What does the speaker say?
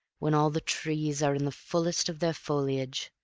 when all the trees are in the fullness of their foliage.